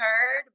heard